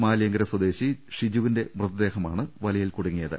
മാലിയങ്കർ സ്വദേശി ഷിജുവിന്റെ മൃത ദേഹമാണ് വലയിൽ കുടുങ്ങിയത്